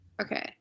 Okay